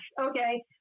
okay